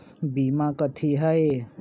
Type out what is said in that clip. बीमा कथी है?